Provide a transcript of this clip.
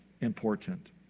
important